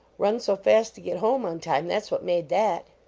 run so fast to get home on time that s what made that.